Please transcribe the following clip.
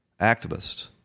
activists